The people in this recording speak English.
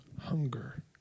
hunger